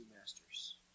masters